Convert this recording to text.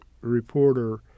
reporter